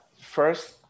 first